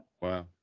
Wow